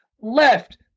left